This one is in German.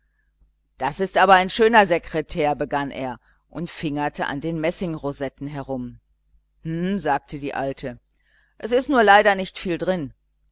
das aber ein schöner sekretär begann er und fingerte an den messingrosetten herum hm sagte die alte es ist nur leider nicht viel drin